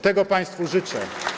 Tego Państwu życzę.